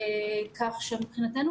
כך שמבחינתנו,